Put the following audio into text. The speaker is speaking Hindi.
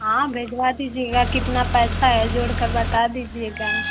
हाँ भिजवा दीजिएगा कितना पैसा है जोड़ कर बता दीजिएगा